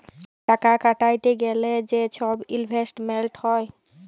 টাকা খাটাইতে গ্যালে যে ছব ইলভেস্টমেল্ট হ্যয়